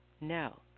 No